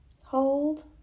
Hold